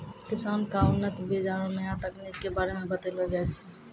किसान क उन्नत बीज आरु नया तकनीक कॅ बारे मे बतैलो जाय छै